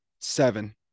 seven